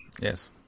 Yes